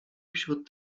wśród